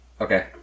Okay